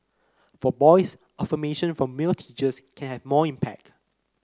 for boys affirmation from male teachers can have more impact